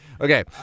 okay